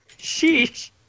Sheesh